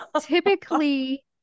typically